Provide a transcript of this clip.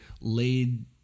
laid